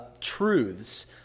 truths